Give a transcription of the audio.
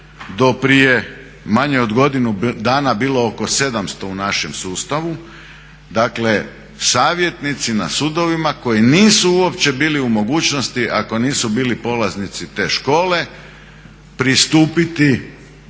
do prije manje od godinu dana bilo oko 700 u našem sustavu, dakle savjetnici na sudovima koji nisu uopće bili u mogućnosti ako nisu bili polaznici te škole pristupiti